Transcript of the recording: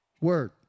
word